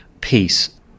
peace